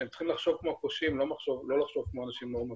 שהם צריכים לחשוב כמו הפושעים ולא לחשוב כמו אנשים נורמטיביים.